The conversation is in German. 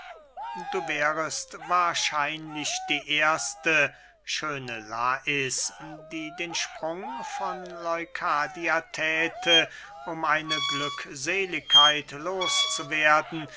du wärest wahrscheinlich die erste schöne lais die den sprung von leukadia thäte um eine glückseligkeit